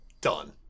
Done